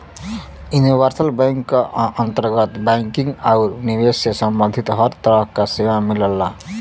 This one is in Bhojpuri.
यूनिवर्सल बैंक क अंतर्गत बैंकिंग आउर निवेश से सम्बंधित हर तरह क सेवा मिलला